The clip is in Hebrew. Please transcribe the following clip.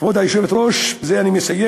כבוד היושבת-ראש, בזה אני מסיים,